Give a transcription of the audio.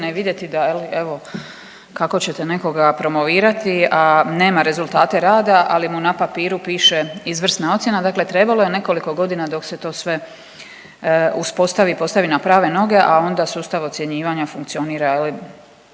vidjeti da evo kako ćete nekoga promovirati, a nema rezultate rada ali mu na papiru piše izvrsna ocjena, dakle trebalo je nekoliko godina dok se to sve uspostavi i postavi na prave noge, a onda sustav ocjenjivanja funkcionira